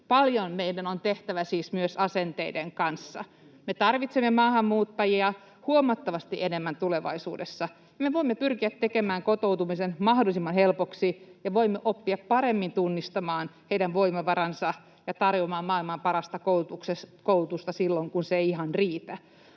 Meidän on tehtävä paljon siis myös asenteiden kanssa. Me tarvitsemme maahanmuuttajia huomattavasti enemmän tulevaisuudessa. Me voimme pyrkiä tekemään kotoutumisen mahdollisimman helpoksi, ja voimme oppia paremmin tunnistamaan heidän voimavaransa ja tarjoamaan maailman parasta koulutusta silloin, kun se ei ihan riitä.